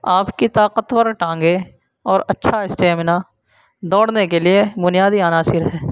آپ کی طاقتور ٹانگیں اور اچھا اسٹیمنا دوڑنے کے لیے بنیادی عناصر ہیں